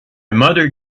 mother